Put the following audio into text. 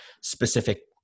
specific